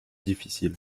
difficile